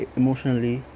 emotionally